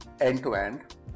end-to-end